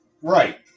right